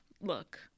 look